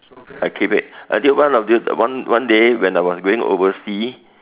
I keep it until one of these one one day when I was going overseas